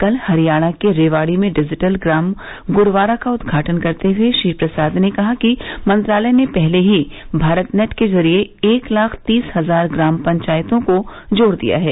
कल हरियाणा के रेवाड़ी में डिजिटल ग्राम गुरवारा का उद्घाटन करते हुए श्री प्रसाद ने कहा कि मंत्रालय ने पहले ही भारतनेट के जरिए एक लाख तीस हजार ग्राम पंचायतों को जोड़ दिया है